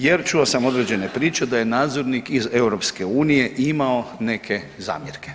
Jer čuo sam određene priče da je nadzornik iz EU-a imao neke zamjerke.